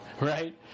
right